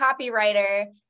copywriter